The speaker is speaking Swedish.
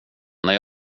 när